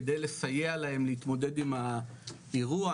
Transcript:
כדי לסייע להם להתמודד עם האירוע.